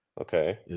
Okay